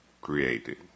created